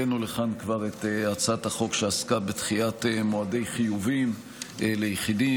כבר הבאנו לכאן את הצעת החוק שעסקה בדחיית מועדי חיובים ליחידים,